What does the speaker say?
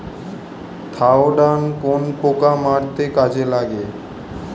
Thiodan কোন পোকা মারতে কাজে লাগে?